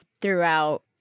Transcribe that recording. throughout